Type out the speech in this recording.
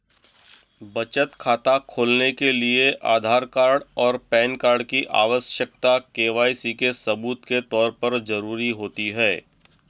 बचत खाता खोलने के लिए आधार कार्ड और पैन कार्ड की आवश्यकता के.वाई.सी के सबूत के तौर पर ज़रूरी होती है